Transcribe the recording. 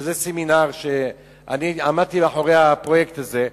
שזה סמינר, שאני עמדתי מאחורי הפרויקט הזה.